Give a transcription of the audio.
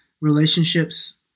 relationships